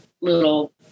little